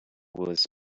was